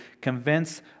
convince